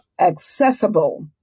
accessible